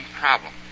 problem